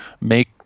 make